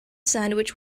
sandwich